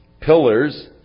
pillars